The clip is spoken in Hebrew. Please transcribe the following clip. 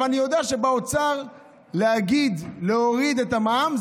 אני יודע שבאוצר להגיד: להוריד את המע"מ,